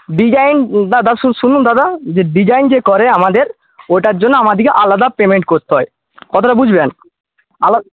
design দাদা শুনুন দাদা ডিজাইন যে করে আমাদের ওটার জন্য আমাদেরকে আলাদা পেমেন্ট করতে হয় কথাটা বুঝলেন আলাদা